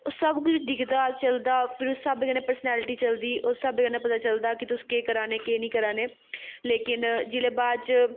ओह् सब कुछ दिखदा चलदा फिर उस स्हाबै कन्नै पर्सनैल्टी चलदी उस स्हाबै कन्नै पता चलदा कि तुस केह् करा नें केह् नेईं करा नें लेकिन जिल्लै बाद च